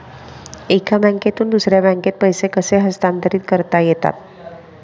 एका बँकेतून दुसऱ्या बँकेत पैसे कसे हस्तांतरित करता येतात?